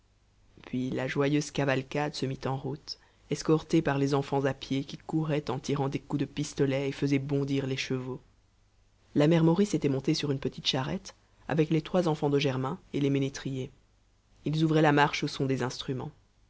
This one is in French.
puis la joyeuse cavalcade se mit en route escortée par les enfants à pied qui couraient en tirant des coups de pistolet et faisaient bondir les chevaux la mère maurice était montée sur une petite charrette avec les trois enfants de germain et les ménétriers ils ouvraient la marche au son des instruments